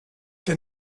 der